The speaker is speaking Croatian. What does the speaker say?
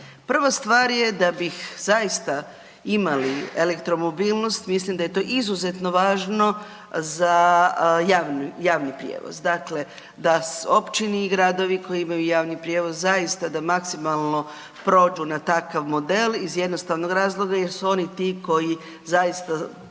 Prva stvar je da bih zaista imali elektromobilnost, mislim da je to izuzetno važno za javni prijevoz, dakle da općini i gradovi koji imaju javni prijevoz, zaista da maksimalno prođu na takav model iz jednostavnog razloga je su oni ti koji zaista